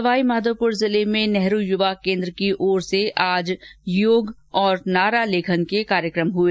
सवाईमाधोपुर जिले में नेहरू युवा केन्द्र की ओर से आज योग और नारा लेखन के कार्यक्रम हए